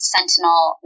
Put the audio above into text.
Sentinel